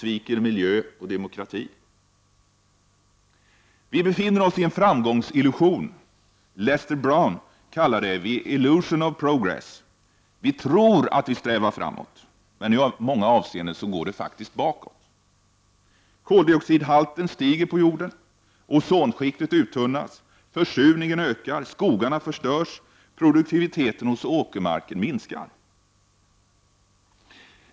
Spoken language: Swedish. Vi befinner oss i en framgångsillusion. Lester R. Brown kallar det The Illusion of Progress. Vi tror att vi strävar framåt, men i många avseenden går det bakåt: — Koldioxidhalten på jorden stiger. — Försurningen ökar. — Skogarna förstörs. — Produktiviteten hos åkermarken minskar.